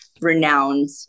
renowned